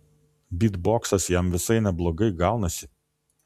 bytboksas jam visai neblogai gaunasi